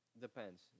Depends